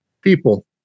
people